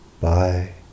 bye